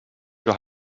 your